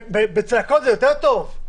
בצעקות זה יותר טוב?